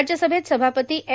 राज्यसभेत सभापती एम